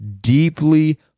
deeply